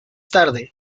tarde